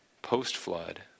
post-flood